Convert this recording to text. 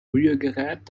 rührgerät